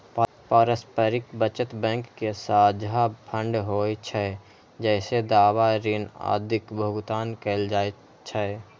पारस्परिक बचत बैंक के साझा फंड होइ छै, जइसे दावा, ऋण आदिक भुगतान कैल जाइ छै